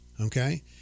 okay